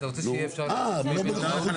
אתה רוצה שיהיה אפשר --- אה, ממלונאות.